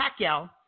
Pacquiao